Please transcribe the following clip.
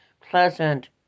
pleasant